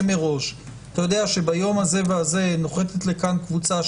מראש כאשר אתה יודע שביום הזה והזה נוחתת כאן קבוצה.